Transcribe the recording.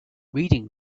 reading